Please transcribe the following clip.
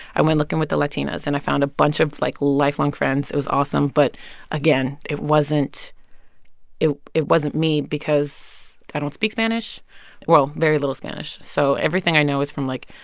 i went looking with the latinas, and i found a bunch of, like, lifelong friends. it was awesome. but again, it wasn't it it wasn't me because i don't speak spanish well, very little spanish. so everything i know is from, like,